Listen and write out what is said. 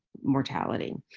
mortality.